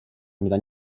mida